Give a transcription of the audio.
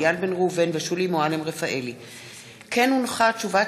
איל בן ראובן ושולי מועלם רפאלי בנושא: מצבם